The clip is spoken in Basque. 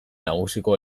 nagusiko